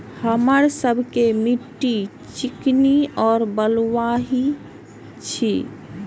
हमर सबक मिट्टी चिकनी और बलुयाही छी?